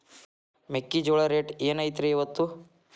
ಮೆಕ್ಕಿಜೋಳ ರೇಟ್ ಏನ್ ಐತ್ರೇ ಇಪ್ಪತ್ತು?